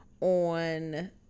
on